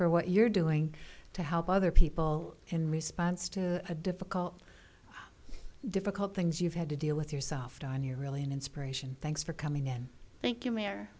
for what you're doing to help other people in response to a difficult difficult things you've had to deal with yourself don you're really an inspiration thanks for coming in thank you may